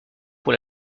pour